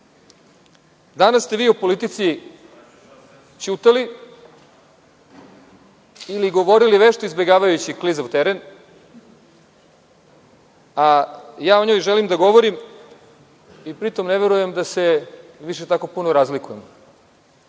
danas. Danas ste vi o politici ćutali ili govorili vešto izbegavajući klizav teren, a ja o njoj želim da govorim i pri tom ne verujem da se više tako puno razlikujemo.